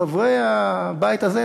חברי הבית הזה,